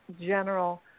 general